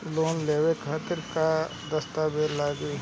Loan लेवे खातिर का का दस्तावेज लागी?